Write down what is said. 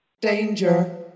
Danger